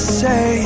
say